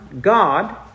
God